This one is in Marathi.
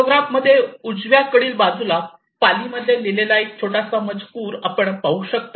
फोटोग्राफ मध्ये उजवीकडच्या बाजूला पालीमध्ये लिहिलेला एक छोटासा मजकूर आपण पाहू शकता